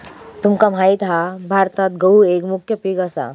तुमका माहित हा भारतात गहु एक मुख्य पीक असा